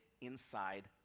inside